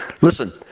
Listen